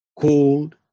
cold